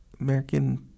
American